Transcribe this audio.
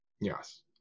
Yes